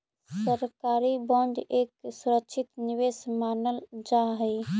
सरकारी बांड एक सुरक्षित निवेश मानल जा हई